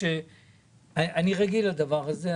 אני רגיל לדבר הזה,